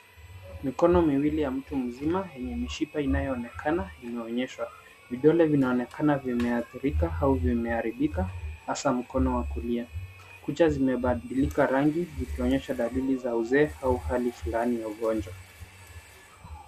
Mikono miwili ya mtu mzima yenye mishipa inayoonekana imeonyeshwa. Vidole vinaonekana vimeathirikaau vimeharibika hasa mkono wa kulia. Kucha zimebadilika rangi zikionyesha dalili za uzaa au hali flani ya ugonjwa.